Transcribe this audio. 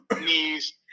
knees